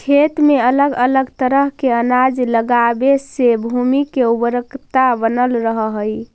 खेत में अलग अलग तरह के अनाज लगावे से भूमि के उर्वरकता बनल रहऽ हइ